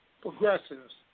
progressives